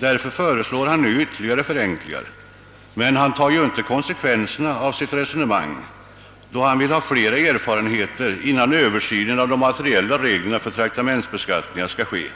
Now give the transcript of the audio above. Därför föreslår han nu ytterligare förenklingar, men han tar inte konsekvenserna av sitt resonemang, då han vill ha mera erfarenhet innan översyn av de materiella reglerna för traktamentsbeskattningen sker.